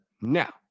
Now